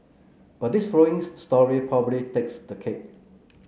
but this following story probably takes the cake